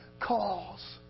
cause